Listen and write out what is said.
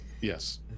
Yes